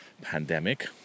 pandemic